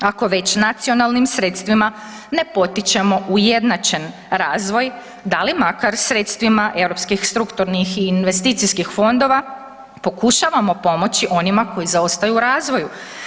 Ako već nacionalnim sredstvima ne potičemo ujednačen razvoj, da li makar sredstvima europskih strukturnih i investicijskih fondova pokušavamo pomoći onima koji zaostaju u razvoju?